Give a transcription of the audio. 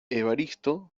evaristo